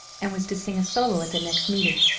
and was to sing a solo at the next meeting.